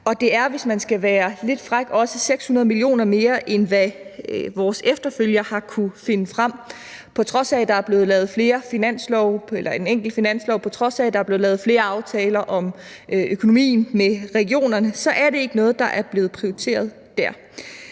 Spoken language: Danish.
og det er, hvis man skal være lidt fræk, også 600 mio. kr. mere, end hvad vores efterfølger har kunnet finde. På trods af at der er blevet lavet en enkelt finanslov, og på trods af at der er blevet lavet flere aftaler om økonomien med regionerne, så er det ikke noget, der er blevet prioriteret dér.